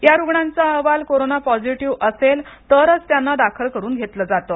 या रुग्णांचा अहवाल कोरोना पॅझिटिव्ह असेल तरच दाखल करून घेतले जाते